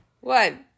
One